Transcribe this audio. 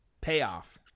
payoff